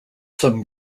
some